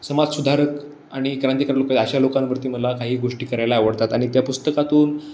समाजसुधारक आणि क्रांतिकारक लोकं अशा लोकांवरती मला काही गोष्टी करायला आवडतात आणि त्या पुस्तकातून